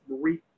Marie